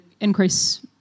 increase